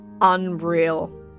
unreal